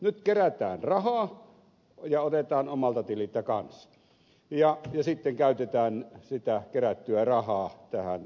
nyt kerätään rahaa ja otetaan omalta tililtä kanssa ja sitten käytetään sitä kerättyä rahaa tähän vaalikampanjatoimintaan